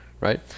right